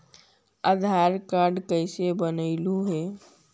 आधार card कईसे बनैलहु हे?